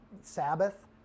Sabbath